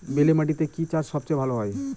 বেলে মাটিতে কি চাষ সবচেয়ে ভালো হয়?